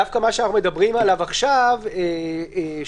דווקא מה שאנחנו מדברים עליו עכשיו, 8,